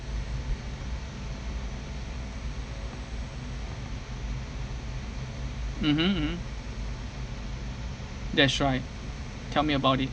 mmhmm mmhmm that's right tell me about it